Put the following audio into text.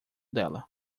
dela